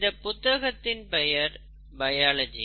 இந்தப் புத்தகத்தின் பெயர் பயாலஜி